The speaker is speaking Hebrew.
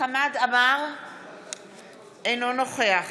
אינו נוכח